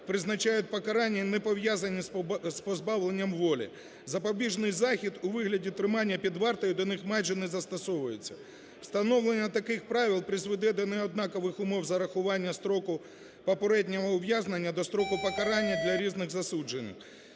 призначають покарання, не пов'язані з позбавленням волі. Запобіжний захід у вигляді тримання під вартою до них майже не застосовується. Встановлення таких правил призведе до неоднакових умов зарахування строку попереднього ув'язнення до строку покарання для різних засуджених.